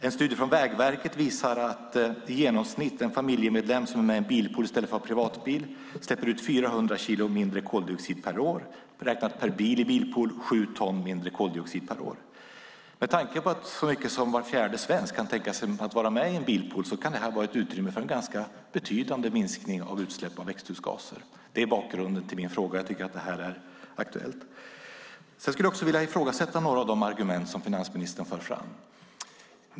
En studie från Vägverket visar att en familjemedlem som är med i en bilpool i stället för att ha privatbil släpper ut 400 kilo mindre koldioxid per år. Räknat per bil i bilpoolerna blir det 7 ton mindre koldioxid per år. Med tanke på att så mycket som var fjärde svensk kan tänka sig att vara med i en bilpool kan detta vara ett utrymme för en ganska betydande minskning av utsläpp av växthusgaser. Det är bakgrunden till min fråga. Jag tycker att detta är aktuellt. Jag skulle vilja ifrågasätta några av de argument som finansministern för fram.